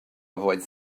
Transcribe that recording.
avoid